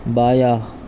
بایا